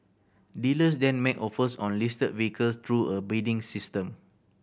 dealers then make offers on listed vehicles through a bidding system